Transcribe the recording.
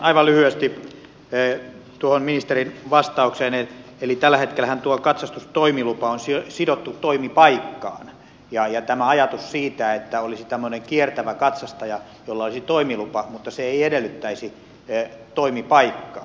aivan lyhyesti tuohon ministerin vastaukseen eli tällähän hetkellä tuo katsastustoimilupa on sidottu toimipaikkaan ja on tämä ajatus siitä että olisi tämmöinen kiertävä katsastaja jolla olisi toimilupa mutta se ei edellyttäisi toimipaikkaa